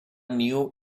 new